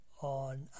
on